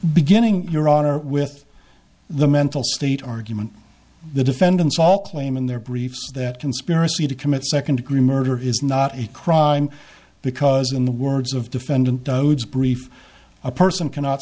beginning your honor with the mental state argument the defendants all claim in their briefs that conspiracy to commit second degree murder is not a crime because in the words of defendant brief a person cannot